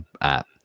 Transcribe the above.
app